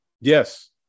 yes